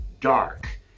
dark